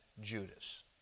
Judas